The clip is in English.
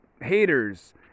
haters